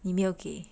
你没有给